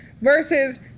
versus